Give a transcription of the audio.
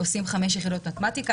לומדים 5 יחידות במתמטיקה.